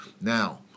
now